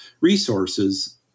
resources